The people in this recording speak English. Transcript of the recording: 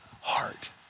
heart